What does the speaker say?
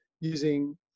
using